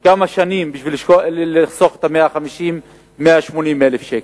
כמה שנים, לחסוך 150,000 180,000 שקל.